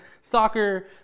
soccer